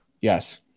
Yes